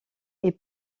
est